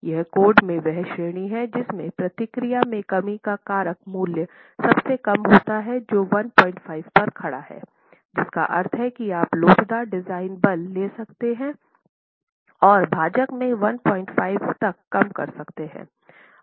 यह कोड में वह श्रेणी है जिसमें प्रतिक्रिया में कमी का कारक मूल्य सबसे कम होता है जो 15 पर खड़ा है जिसका अर्थ है कि आप लोचदार डिजाइन बल ले सकते हैं और भाजक में 15 तक कम कर सकते हैं